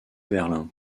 berlin